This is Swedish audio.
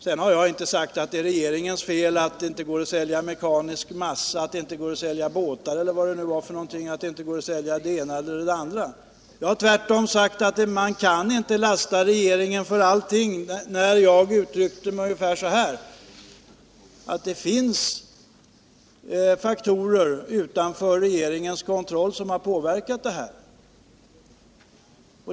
Sedan har jag inte sagt att det är regeringens fel att det inte går att sälja mekanisk massa, båtar och annat. Jag har tvärtom sagt att man inte kan lasta regeringen för allting. Jag uttryckte mig ungefär så här: Det finns faktorer utanför regeringens kontroll som har påverkat det här.